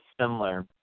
similar